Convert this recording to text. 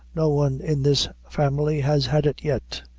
no one in this family has had it yet.